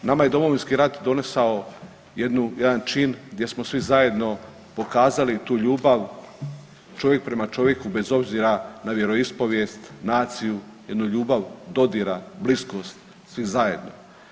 Nama je Domovinski rat donesao jedan čin gdje smo svi zajedno pokazali tu ljubav čovjek prema čovjeku bez obzira na vjeroispovijest, naciju, jednu ljubav dodira, bliskost svih zajedno.